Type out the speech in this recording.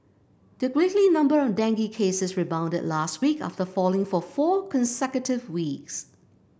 the weekly number of dengue cases rebounded last week after falling for four consecutive weeks